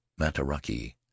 Mataraki